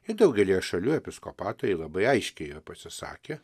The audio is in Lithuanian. ir daugelyje šalių episkopatai labai aiškiai yra pasisakę